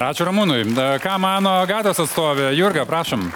ačiū ramūnui ką mano agatos atstovė jurga prašom